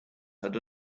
had